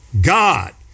God